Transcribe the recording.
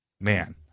Man